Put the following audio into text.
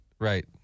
Right